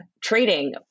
trading